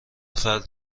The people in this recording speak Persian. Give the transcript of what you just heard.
فرد